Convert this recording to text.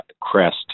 crest